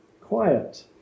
quiet